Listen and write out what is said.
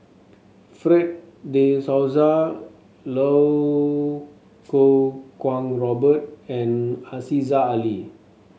Fred De Souza Lau Kuo Kwong Robert and Aziza Ali